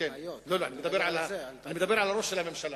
לא, אני מדבר על הראש של הממשלה.